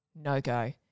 no-go